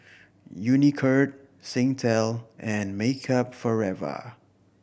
Unicurd Singtel and Makeup Forever